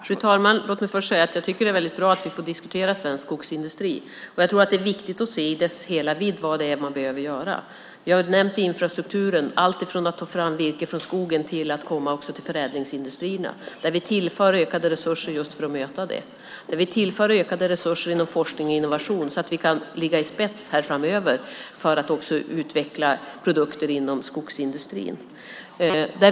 Fru talman! Låt mig först säga att jag tycker att det är väldigt bra att vi får diskutera svensk skogsindustri. Jag tror att det är viktigt att i dess fulla vidd se vad man behöver göra. Vi har nämnt infrastrukturen. Det handlar om allt från att ta fram virke från skogen till att komma till förädlingsindustrierna. Vi tillför ökade resurser just för att möta det. Vi tillför ökade resurser inom forskning och innovation så att vi kan ligga i spetsen framöver för att utveckla produkter inom skogsindustrin.